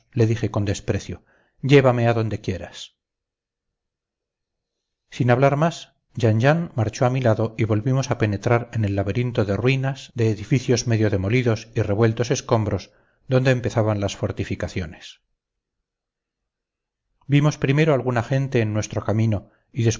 le dije con desprecio llévame a donde quieras sin hablar más jean jean marchó a mi lado y volvimos a penetrar en aquel laberinto de ruinas de edificios medio demolidos y revueltos escombros donde empezaban las fortificaciones vimos primero alguna gente en nuestro camino